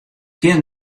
kinne